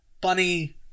Bunny